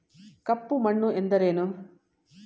ಕಪ್ಪು ಮಣ್ಣು ಎಂದರೇನು?